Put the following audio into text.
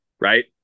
Right